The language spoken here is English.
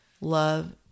love